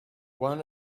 one